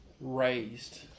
raised